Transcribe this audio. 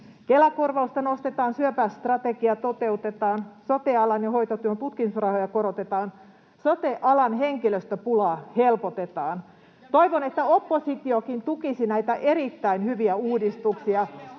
Kela-korvausta nostetaan, syöpästrategia toteutetaan, sote-alan ja hoitotyön tutkimusrahoja korotetaan, sote-alan henkilöstöpulaa helpotetaan. Toivon, että oppositiokin tukisi näitä erittäin hyviä uudistuksia.